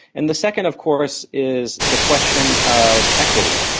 and the second of course is the question of equity.